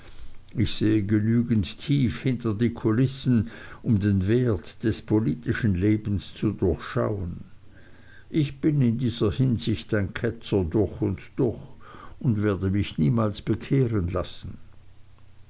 ich sehe genügend tief hinter die kulissen um den wert des politischen lebens zu durchschauen ich bin in dieser hinsicht ein ketzer durch und durch und werde mich niemals bekehren lassen